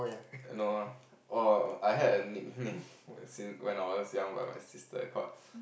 no lah oh I had a nickname as in when I was young like my sister called